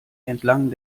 entlang